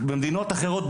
במדינות אחרות,